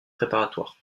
préparatoires